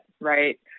right